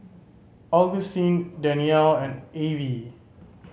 Augustin Daniele and Avie